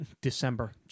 December